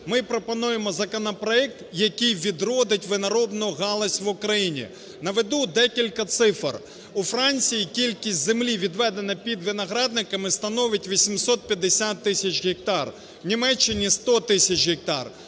Ми пропонуємо законопроект, який відродить виноробну галузь в Україні. Наведу декілька цифр. У Франції кількість землі, відведена під виноградниками, становить 850 тисяч гектар, у Німеччині – 100 тисяч гектар,